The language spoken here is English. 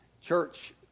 church